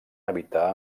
habitar